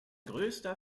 größter